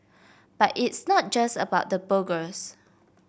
but it's not just about the burgers